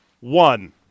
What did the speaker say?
one